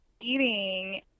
eating